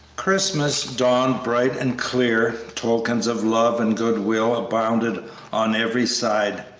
christmas dawned bright and clear tokens of love and good will abounded on every side,